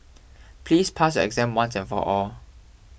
please pass your exam once and for all